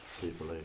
people